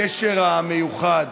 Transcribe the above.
הקשר המיוחד